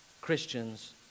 Christians